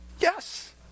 Yes